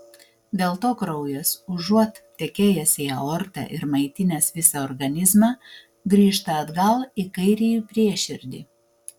dėl to kraujas užuot tekėjęs į aortą ir maitinęs visą organizmą grįžta atgal į kairįjį prieširdį